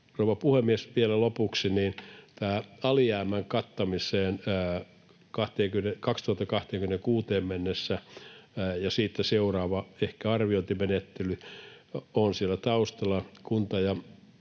rouva puhemies! Vielä lopuksi tästä alijäämän kattamisesta 2026 mennessä, ja sitä seuraava arviointimenettely on ehkä siellä taustalla: